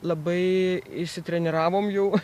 labai išsitreniravom jau